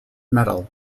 metal